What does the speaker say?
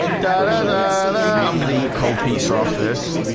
da-da-da-da-dah i'm gonna eat cold piece off this